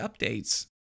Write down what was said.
updates